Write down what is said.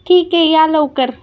ठीक आहे या लवकर